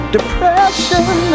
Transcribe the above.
Depression